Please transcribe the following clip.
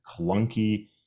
clunky